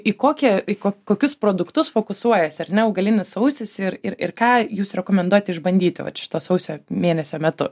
į kokią į ko kokius produktus fokusuojasi ar ne augalinis sausis ir ir ir ką jūs rekomenduojat išbandyt vat šito sausio mėnesio metu